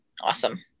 awesome